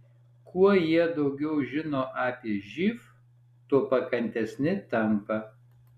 kuo jie daugiau žino apie živ tuo pakantesni tampa